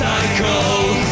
Cycle